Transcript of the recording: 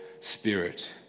spirit